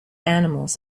animals